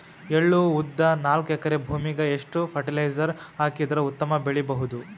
ಎಳ್ಳು, ಉದ್ದ ನಾಲ್ಕಎಕರೆ ಭೂಮಿಗ ಎಷ್ಟ ಫರಟಿಲೈಜರ ಹಾಕಿದರ ಉತ್ತಮ ಬೆಳಿ ಬಹುದು?